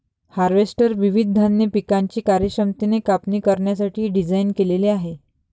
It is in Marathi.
हार्वेस्टर विविध धान्य पिकांची कार्यक्षमतेने कापणी करण्यासाठी डिझाइन केलेले आहे